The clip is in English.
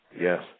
Yes